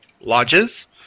lodges